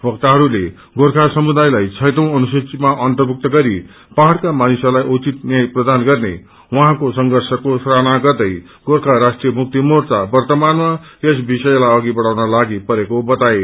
वक्ताहरूले गोर्खा समुदायलाई छैटौ अनुसूचिमा अन्तभुक्त गरि पहाड़का मानिसहरूलाई उचित न्याय प्रदान गर्ने उहाँको संर्षषको सराहना गर्दै गोर्खा राष्ट्रिय मुक्ति मोर्चा वर्तमानमा यस विषयलाई अघि बढ़ाउन लागि परेको बताए